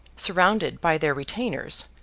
surrounded by their retainers,